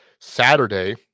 saturday